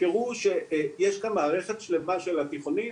תזכרו שיש כאן מערכת שלמה של התיכונים,